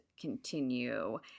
continue